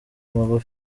magufi